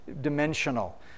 dimensional